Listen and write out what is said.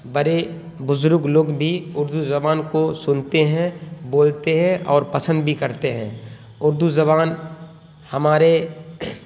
بڑے بزرگ لوگ بھی اردو زبان کو سنتے ہیں بولتے ہیں اور پسند بھی کرتے ہیں اردو زبان ہمارے